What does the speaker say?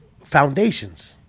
foundations